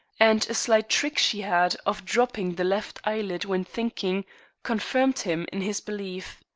and a slight trick she had of drooping the left eyelid when thinking confirmed him in his belief.